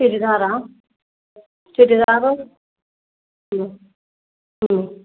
ചുരിദാറാണോ ചുരിദാറ് മ്മ് മ്മ്